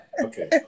Okay